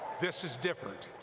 this is different